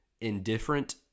indifferent